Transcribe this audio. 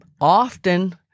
often